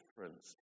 difference